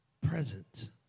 present